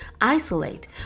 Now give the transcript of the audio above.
isolate